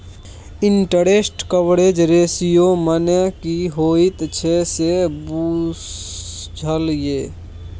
Interest coverage ratio मने की होइत छै से बुझल यै?